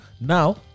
Now